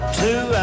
two